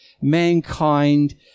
mankind